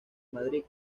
madrid